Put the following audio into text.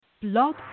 Blog